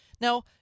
Now